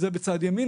זה בצד ימין.